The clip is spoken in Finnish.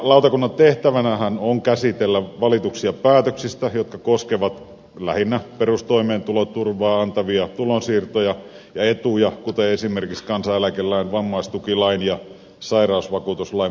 lautakunnan tehtävänähän on käsitellä valituksia päätöksistä jotka koskevat lähinnä perustoimeentuloturvaa antavia tulonsiirtoja ja etuja kuten esimerkiksi kansaneläkelain vammaistukilain ja sairausvakuutuslain mukaisia asioita